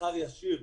שכר ישיר,